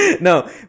No